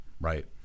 right